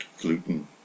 gluten